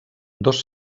dos